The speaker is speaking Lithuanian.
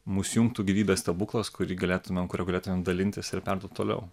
mus jungtų gyvybės stebuklas kurį galėtumėm kuriuo galėtumėm dalintis ir perduot toliau